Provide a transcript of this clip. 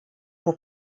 pour